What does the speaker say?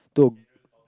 to